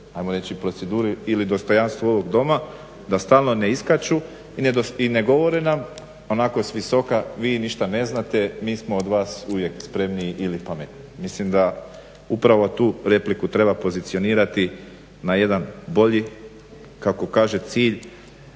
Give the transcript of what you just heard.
da stalno ne iskaču i ne govore nam onako svisoka vi ništa ne znate, mi smo od vas uvijek spremniji ili pametniji. Mislim da upravo tu repliku treba pozicionirati na jedan bolji kako kaže cilj